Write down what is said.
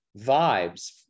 vibes